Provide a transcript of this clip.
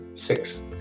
six